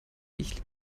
ich